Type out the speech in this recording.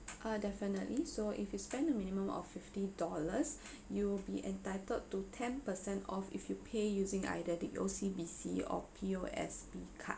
uh definitely so if you spend a minimum of fifty dollars you'll be entitled to ten percent off if you pay using either the O_C_B_C or P_O_S_B card